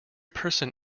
person